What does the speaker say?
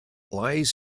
lies